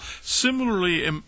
similarly